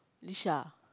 Lisha